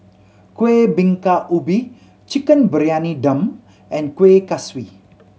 Kueh Bingka Ubi Chicken Briyani Dum and Kueh Kaswi